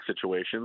situations